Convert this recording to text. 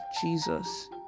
Jesus